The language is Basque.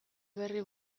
berri